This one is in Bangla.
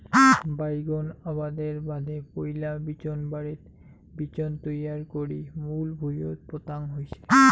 বাইগোন আবাদের বাদে পৈলা বিচোনবাড়িত বিচোন তৈয়ার করি মূল ভুঁইয়ত পোতাং হই